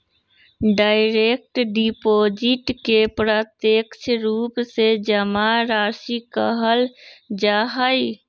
direct deposit के प्रत्यक्ष रूप से जमा राशि कहल जा हई